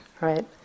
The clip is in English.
right